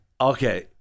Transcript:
okay